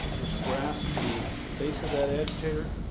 just grasp the base of that agitator,